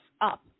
up